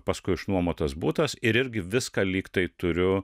paskui išnuomotas butas ir irgi viską lyg tai turiu